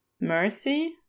Mercy